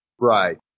Right